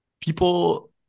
people